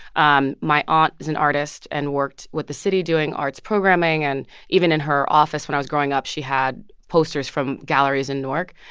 um my aunt is an artist and worked with the city doing arts programming. and even in her office when i was growing up, she had posters from galleries in newark.